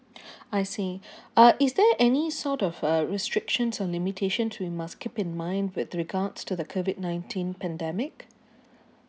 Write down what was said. I see uh is there any sort of uh restrictions or limitations we must keep in mind with regards to the COVID nineteen pandemic